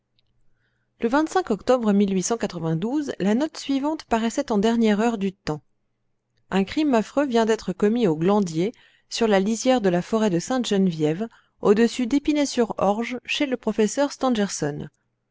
e octobre la note suivante paraissait en dernière heure du temps un crime affreux vient d'être commis au glandier sur la lisière de la forêt de sainte-geneviève au-dessus dépinay sur orge chez le professeur